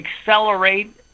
accelerate